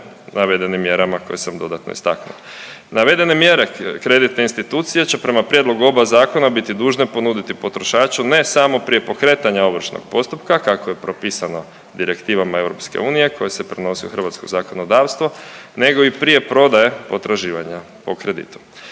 navedenim mjerama koje sam dodatno istaknuo. Navedene mjere kreditne institucije će prema prijedlogu oba zakona biti dužne ponuditi potrošaču ne samo prije pokretanja ovršnog postupka, kako je propisano direktivom Europske unije koje se prenosi u hrvatsko zakonodavstvo, nego i prije prodaje potraživanja po kreditu.